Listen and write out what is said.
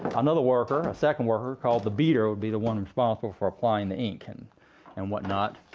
another worker, a second worker called the beater would be the one responsible for applying the ink and and what not.